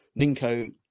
Ninko